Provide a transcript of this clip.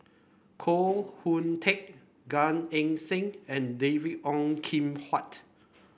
Koh Hoon Teck Gan Eng Seng and David Ong Kim Huat